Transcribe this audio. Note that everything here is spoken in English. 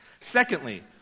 Secondly